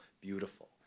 beautiful